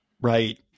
Right